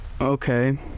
Okay